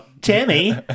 Timmy